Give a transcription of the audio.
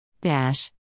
Dash